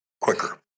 quicker